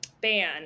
ban